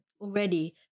already